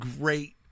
great